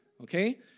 okay